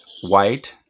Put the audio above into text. white